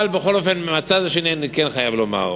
אבל בכל אופן, מהצד השני אני כן חייב לומר,